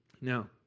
Now